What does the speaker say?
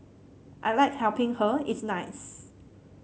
I like helping her it's nice